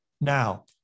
Now